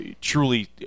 truly